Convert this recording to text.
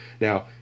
Now